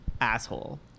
asshole